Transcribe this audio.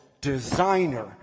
designer